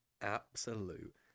Absolute